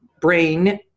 brain